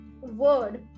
word